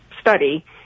study